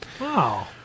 Wow